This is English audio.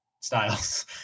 styles